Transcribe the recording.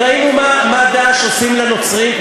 ראינו מה "דאעש" עושים לנוצרים,